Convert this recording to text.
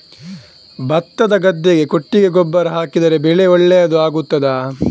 ಭತ್ತದ ಗದ್ದೆಗೆ ಕೊಟ್ಟಿಗೆ ಗೊಬ್ಬರ ಹಾಕಿದರೆ ಬೆಳೆ ಒಳ್ಳೆಯದು ಆಗುತ್ತದಾ?